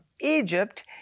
Egypt